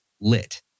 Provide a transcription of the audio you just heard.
LIT